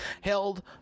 held